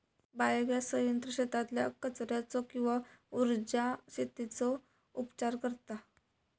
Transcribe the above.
biogas संयंत्र शेतातल्या कचर्याचो किंवा उर्जा शेतीचो उपचार करता